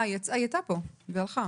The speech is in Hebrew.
היא הייתה פה כנראה והלכה.